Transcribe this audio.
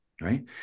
right